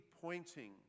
pointing